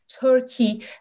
Turkey